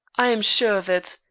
i am sure of it.